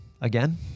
again